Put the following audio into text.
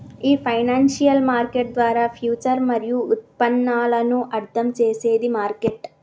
ఈ financial market ద్వారా future మరియు ఉత్పన్నాలను అర్థం చేసేది మార్కెట్